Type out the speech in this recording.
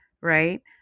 right